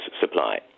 supply